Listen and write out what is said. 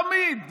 תמיד,